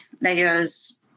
layers